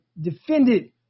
defended